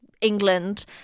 England